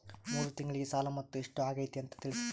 ಮೂರು ತಿಂಗಳಗೆ ಸಾಲ ಮೊತ್ತ ಎಷ್ಟು ಆಗೈತಿ ಅಂತ ತಿಳಸತಿರಿ?